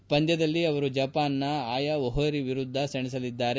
ಈ ಪಂದ್ಯದಲ್ಲಿ ಅವರು ಜಪಾನ್ನ ಆಯಾ ಓಹೋರಿ ವಿರುದ್ದ ಸೆಣಸಲಿದ್ದಾರೆ